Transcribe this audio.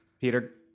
Peter